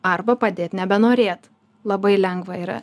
arba padėt nebenorėt labai lengva yra